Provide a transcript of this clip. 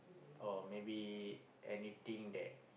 or maybe anything that